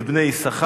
את בני יששכר.